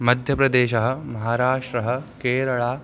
मध्यप्रदेशः महाराष्ट्रः केरळ